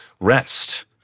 rest